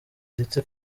ndetse